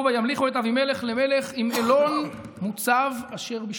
וימליכו את אבימלך למלך עם אלון מֻצב אשר בשכם.